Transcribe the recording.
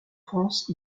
france